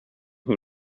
who